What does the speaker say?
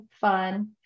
fun